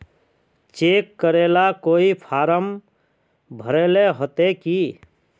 Cheque करेला कोई form भरेले होते की?